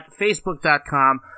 facebook.com